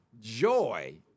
joy